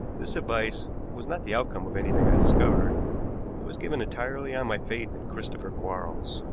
this advice was not the outcome of anything i discovered it was given entirely on my faith in christopher quarles.